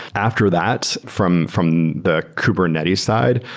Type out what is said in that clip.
after that, from from the kubernetes side,